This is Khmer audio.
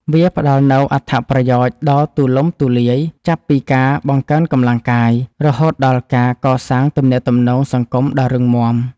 វាផ្ដល់នូវអត្ថប្រយោជន៍ដ៏ទូលំទូលាយ ចាប់ពីការបង្កើនកម្លាំងកាយ រហូតដល់ការកសាងទំនាក់ទំនងសង្គមដ៏រឹងមាំ។